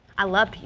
i love.